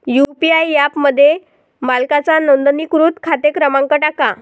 UPI ॲपमध्ये मालकाचा नोंदणीकृत खाते क्रमांक टाका